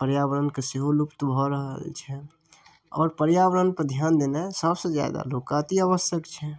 पर्यावरणके सेहो लुप्त भऽ रहल छै आओर पर्यावरणके ध्यान देनाइ सबसँ जादा लोकके अतिआवश्यक छै